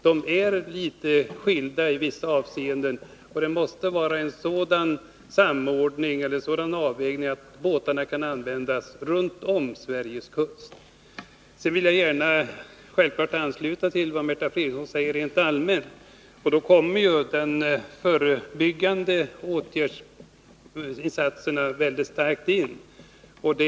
Dessa är litet skilda i vissa avseenden, och det måste göras en sådan avvägning att båtarna kan användas runt om Sveriges kust. Sedan vill jag självfallet gärna ansluta mig till vad Märta Fredrikson säger rent allmänt. Här kommer de förebyggande åtgärderna mycket starkt in i bilden.